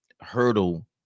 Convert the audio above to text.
hurdle